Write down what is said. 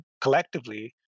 collectively